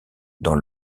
dans